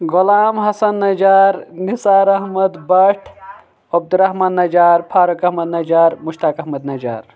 Ghulam Hassan Najjar Nisar Ahmad Bhat Abdul Rahman Najjar Farooq Ahmad Najjar Mushtaq Ahmad Najar